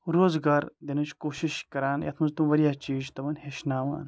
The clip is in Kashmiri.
روزگار دِنٕچ کوٗشِش کَران یَتھ منٛز تِم واریاہ چیٖز چھِ تِمَن ہیٚچھناوان